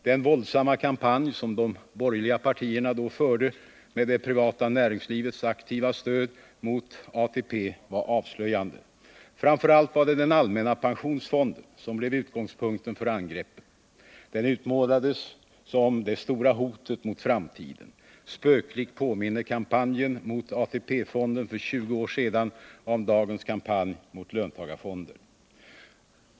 Den våldsamma kampanj som de borgerliga partierna då förde med det privata näringslivets aktiva stöd mot ATP var avslöjande. Framför allt var det den allmänna pensionsfonden som blev utgångspunkten för angreppen. Den utmålades som det stora hotet mot framtiden. Spöklikt påminner kampanjen mot AP-fonden för 20 år sedan om dagens kampanj mot löntagarfonder.